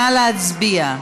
נא להצביע.